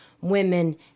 women